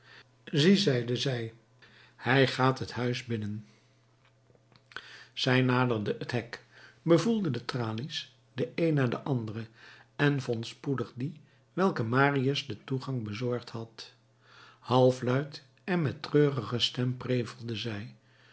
zie zeide zij hij gaat het huis binnen zij naderde het hek bevoelde de tralies de een na de andere en vond spoedig die welke marius den toegang bezorgd had halfluid en met treurige stem prevelde zij